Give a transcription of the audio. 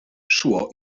szło